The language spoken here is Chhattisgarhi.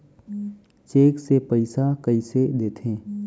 चेक से पइसा कइसे देथे?